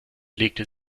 legte